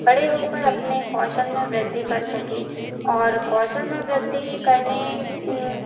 बड़े होकर अपने कौशल में वृद्धि कर सके और कौशल में वृद्धि करने